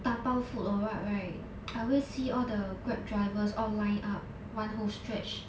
打包 food or what right I always see all the Grab drivers all line up one whole stretch